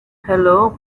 hello